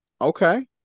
okay